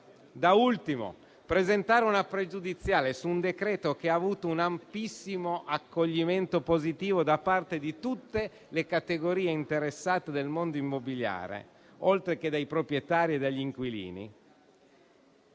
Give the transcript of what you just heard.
Da ultimo, presentare una pregiudiziale su un decreto-legge che ha avuto un ampissimo accoglimento positivo da parte di tutte le categorie interessate del mondo immobiliare, oltre che dai proprietari e dagli inquilini,